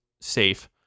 safe